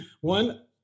One